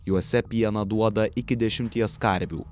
juose pieną duoda iki dešimties karvių